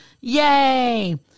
Yay